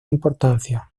importancia